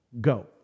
go